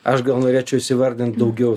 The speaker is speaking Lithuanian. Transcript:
aš gal norėčiau įsivardint daugiau